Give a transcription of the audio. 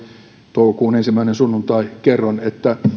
toukokuun ensimmäisenä sunnuntaina kerron että